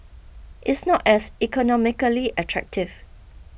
it's not as economically attractive